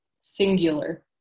singular